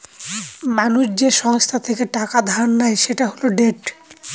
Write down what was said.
মানুষ যে সংস্থা থেকে টাকা ধার নেয় সেটা হল ডেট